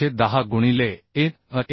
410 गुणिले AN AN